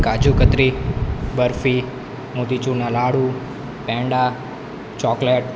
કાજુકતરી બરફી મોતીચૂરના લાડુ પેંડા ચોકલેટ